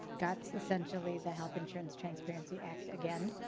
got essentially the health insurance transparency act again.